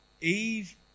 Eve